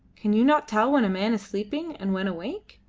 can you not tell when a man is sleeping and when awake?